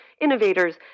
innovators